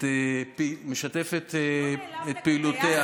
משתפת את פעילותה